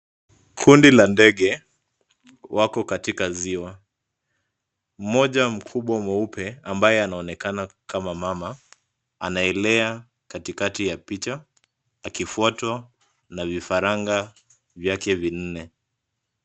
Kundi la ndege wako katika ziwa. Mmoja mkubwa mweupe ambaye anaonekana kama mama anaelea katikati ya picha akifuatwa na vifaranga vyake vinne.